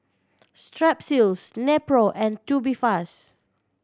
Strepsils Nepro and Tubifast